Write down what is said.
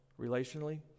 relationally